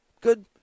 good